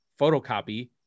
photocopy